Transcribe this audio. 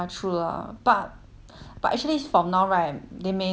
but actually is from now right they may not need part time also actually